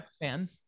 fan